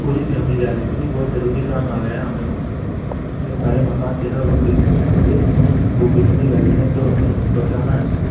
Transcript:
पूरी फ़ैमली जा रही क्यूँकि बहुत ज़रूरी काम आ गया है हमें वहाँ पे जो हमारे मकान थे ना वो गिरवी थे वो बिकने लगे हैं तो हमें बचाना है उसे